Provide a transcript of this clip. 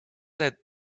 led